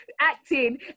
acting